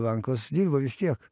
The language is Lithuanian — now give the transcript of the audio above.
rankos dirba vis tiek